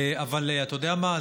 אבל אתה יודע מה?